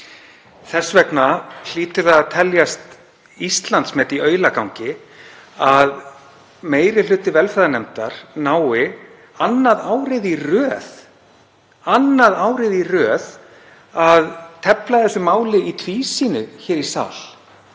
Þess vegna hlýtur það að teljast Íslandsmet í aulagangi að meiri hluti velferðarnefndar nái annað árið í röð að tefla þessu máli í tvísýnu hér í sal.